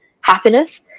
happiness